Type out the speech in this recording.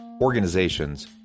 organizations